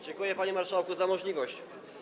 Dziękuję, panie marszałku, za taką możliwość.